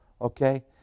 Okay